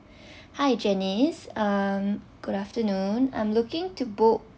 hi janice um good afternoon I'm looking to book